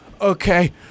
okay